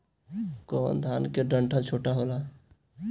कौन धान के डंठल छोटा होला?